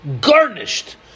Garnished